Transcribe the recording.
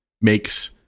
makes